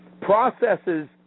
processes